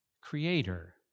creator